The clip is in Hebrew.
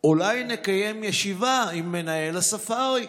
אולי נקיים ישיבה עם מנהל הספארי?